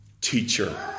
Teacher